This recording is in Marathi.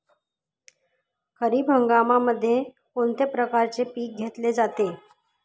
खरीप हंगामामध्ये कोणत्या प्रकारचे पीक घेतले जाते?